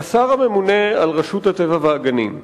כשר הממונה על רשות הטבע והגנים,